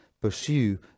pursue